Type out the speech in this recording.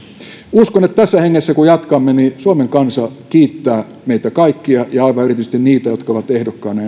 uskon että tässä hengessä kun jatkamme suomen kansa kiittää meitä kaikkia ja aivan erityisesti niitä jotka ovat ehdokkaina